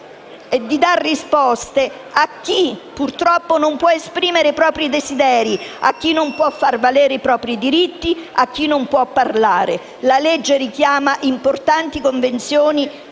quindi, dà risposte a chi, purtroppo, non può esprimere i propri desideri, a chi non può far valere i propri diritti, a chi non può parlare. La legge richiama importanti convenzioni